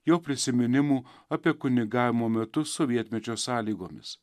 jo prisiminimų apie kunigavimo metus sovietmečio sąlygomis